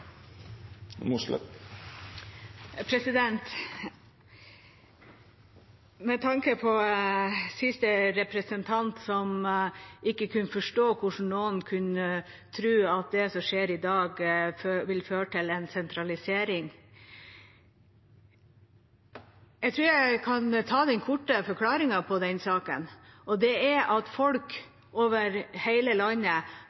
Med tanke på siste representant, som ikke kunne forstå hvordan noen kunne tro at det som skjer i dag, vil føre til en sentralisering, tror jeg at jeg kan ta den korte forklaringen på den saken, og det er at